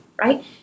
right